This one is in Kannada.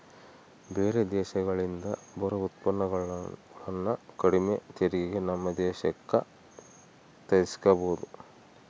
ಬೇರೆ ದೇಶಗಳಿಂದ ಬರೊ ಉತ್ಪನ್ನಗುಳನ್ನ ಕಡಿಮೆ ತೆರಿಗೆಗೆ ನಮ್ಮ ದೇಶಕ್ಕ ತರ್ಸಿಕಬೊದು